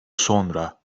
sonra